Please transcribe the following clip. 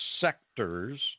sectors